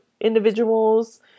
individuals